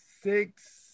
six